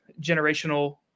generational